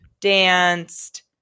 danced